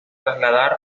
trasladar